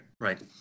right